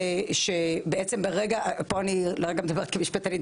כאן אדבר כמשפטנית,